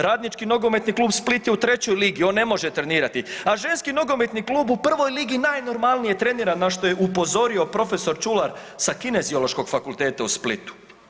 Radnički nogometni klub Split je u trećoj ligi, on ne može trenirati, a ženski nogometni klub u prvoj ligi najnormalnije trenira na što je upozorio profesor Čular sa Kineziološkog fakulteta u Splitu.